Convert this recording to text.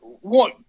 one